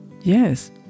yes